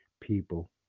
people